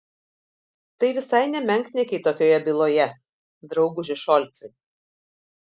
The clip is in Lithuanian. tai visai ne menkniekiai tokioje byloje drauguži šolcai